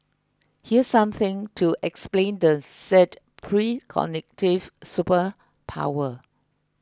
here's something to explain the said precognitive superpower